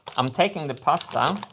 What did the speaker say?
i'm taking the pasta.